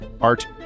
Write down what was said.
art